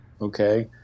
okay